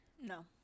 No